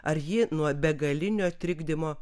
ar ji nuo begalinio trikdymo